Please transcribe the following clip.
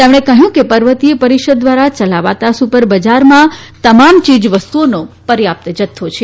તેમણે કહ્યું કે પર્વતીય પરીષદ ધ્વારા ચલાવતા સુપર બજારમાં તમામ ચીજવસ્તુઓનો પર્યાપ્ત જથ્થો છે